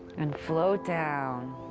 and float down,